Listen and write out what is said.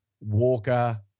Walker